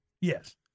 yes